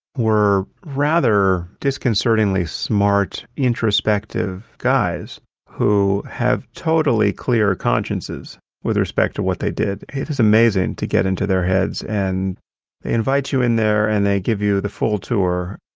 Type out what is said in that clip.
rather disconcertingly smart, introspective guys who have totally clear consciences with respect to what they did. it is amazing to get into their heads. and they invite you in there and they give you the full tour.